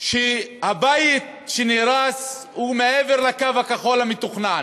שהבית שנהרס הוא מעבר לקו הכחול המתוכנן.